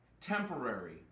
temporary